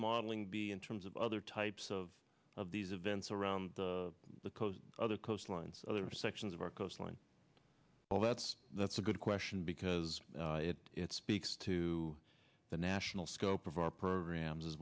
modeling be in terms of other types of of these events around the coast other coastlines other sections of our coastline well that's that's a good question because it it speaks to the national scope of our programs as